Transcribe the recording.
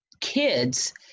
kids